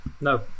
No